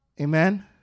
Amen